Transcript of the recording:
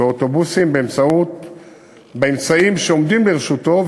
באוטובוסים באמצעים שעומדים לרשותו,